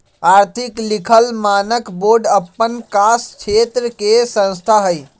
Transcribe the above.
आर्थिक लिखल मानक बोर्ड अप्पन कास क्षेत्र के संस्था हइ